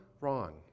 wrong